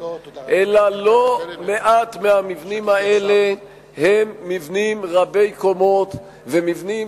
אלא לא מעט מהמבנים האלה הם מבנים רבי-קומות ומבנים